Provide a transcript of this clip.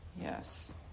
Yes